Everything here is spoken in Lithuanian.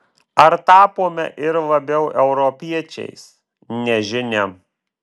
ar tapome ir labiau europiečiais nežinia